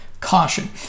caution